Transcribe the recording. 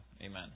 Amen